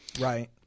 Right